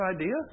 idea